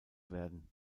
werden